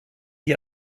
die